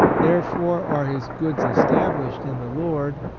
therefore are his goods established in the lord,